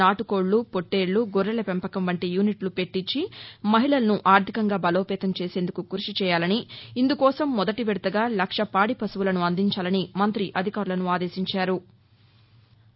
నాటుకోళ్లు పొట్టేళ్లు గొరెల పెంపకం వంటి యూనిట్లు పెట్టించి మహిళలను ఆర్దికంగా బలోపేతం చేసేందుకు కృషి చేయాలని ఇందుకోసం మొదటి విడతగా లక్ష పాడి పశువులను అందించాలని మంత్రి అధికారులను ఆదేశించారు